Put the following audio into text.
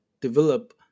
develop